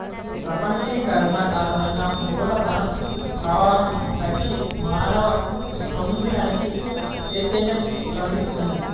ప్రపంచీకరణ కారణంగా మూల ధన ప్రవాహం తగ్గి మానవ సమూహానికి చైతన్యం కల్గుతున్నది